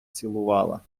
цілувала